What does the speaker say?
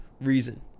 reason